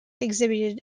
exhibited